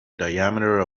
diameter